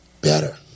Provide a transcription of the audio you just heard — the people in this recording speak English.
better